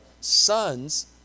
sons